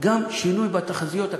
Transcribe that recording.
יש גם שינוי בתחזיות הכלכליות.